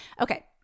Okay